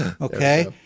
Okay